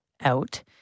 out